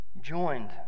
joined